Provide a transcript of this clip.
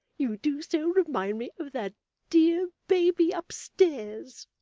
you do so remind me of that dear baby upstairs